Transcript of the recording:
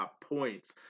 points